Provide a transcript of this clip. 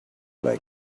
make